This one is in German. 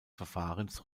verfahrens